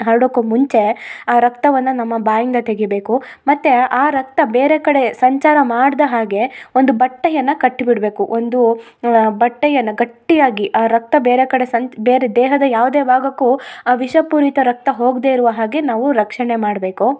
ಹರ್ಡೋಕು ಮುಂಚೆ ಆ ರಕ್ತವನ್ನ ನಮ್ಮ ಬಾಯಿಂದ ತೆಗಿಯಬೇಕು ಮತ್ತು ಆ ರಕ್ತ ಬೇರೆ ಕಡೆ ಸಂಚಾರ ಮಾಡ್ದ ಹಾಗೆ ಒಂದು ಬಟ್ಟೆಯನ್ನ ಕಟ್ಟಿಬಿಡಬೇಕು ಒಂದೂ ಬಟ್ಟೆಯನ್ನ ಗಟ್ಟಿಯಾಗಿ ಆ ರಕ್ತ ಬೇರೆ ಕಡೆ ಸಂಚು ಬೇರೆ ದೇಹದ ಯಾವುದೇ ಭಾಗಕ್ಕು ಆ ವಿಷಪೂರಿತ ರಕ್ತ ಹೋಗದೇ ಇರುವ ಹಾಗೆ ನಾವು ರಕ್ಷಣೆ ಮಾಡಬೇಕು